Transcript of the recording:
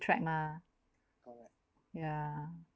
track mah yeah